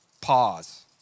Pause